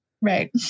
Right